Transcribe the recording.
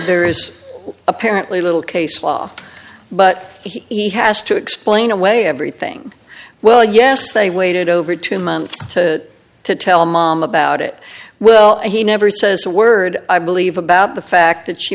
there is apparently little case law but he has to explain away everything well yes they waited over two months to tell mom about it well he never says a word i believe about the fact that she